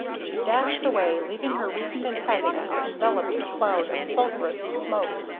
she dashed away, leaving her recent antagonist enveloped in a cloud of sulphurous smoke.